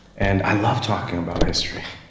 and i love talking about history.